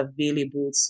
available